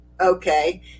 Okay